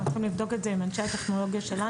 אנחנו צריכים לבדוק את זה עם אנשי הטכנולוגיה שלנו,